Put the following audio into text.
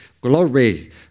glory